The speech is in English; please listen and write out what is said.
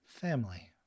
family